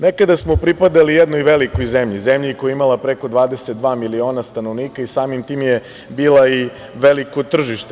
Nekada smo pripadali jednoj velikoj zemlji, zemlji koja je imala preko 22 miliona stanovnika i samim tim je bila i veliko tržište.